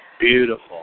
Beautiful